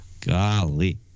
golly